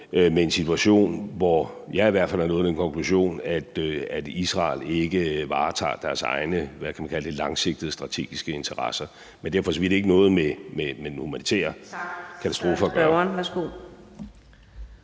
med en situation, hvor jeg i hvert fald er nået til den konklusion, at Israel ikke varetager deres egne, hvad kan man kalde det, langsigtede strategiske interesser. Men det har for så vidt ikke noget med den humanitære katastrofe